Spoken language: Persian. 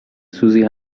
سوزی